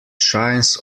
shines